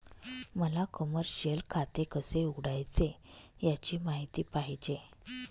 मला कमर्शिअल खाते कसे उघडायचे याची माहिती पाहिजे